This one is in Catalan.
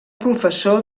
professor